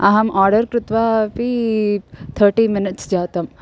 अहम् आर्डर् कृत्वा अपि तर्टि मिनिट्स् जातम्